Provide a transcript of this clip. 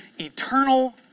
eternal